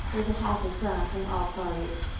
was the happy cry from all parties.